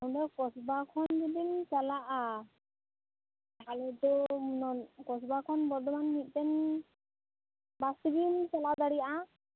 ᱚᱸᱰᱮ ᱠᱚᱥᱵᱟ ᱠᱷᱚᱱ ᱡᱩᱫᱤᱢ ᱪᱟᱞᱟᱜᱼᱟ ᱟᱞᱮᱫᱚ ᱩᱱᱚ ᱠᱚᱥᱵᱟ ᱠᱷᱚᱱ ᱵᱚᱨᱫᱷᱚᱢᱟᱱ ᱢᱤᱫᱴᱟ ᱝ ᱵᱟᱥ ᱛᱮᱜᱮᱢ ᱪᱟᱞᱟᱣ ᱫᱟᱲᱮᱭᱟᱜᱼᱟ